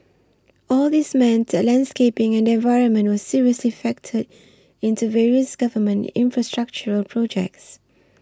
all these meant that landscaping and the environment were seriously factored into various government infrastructural projects